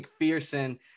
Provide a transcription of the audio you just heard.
McPherson